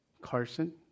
Carson